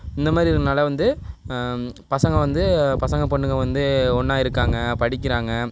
இந்தமாதிரி இருக்கிறதுனால வந்து பசங்க வந்து பசங்க பொண்ணுங்க வந்து ஒன்னா இருக்காங்க படிக்கிறாங்க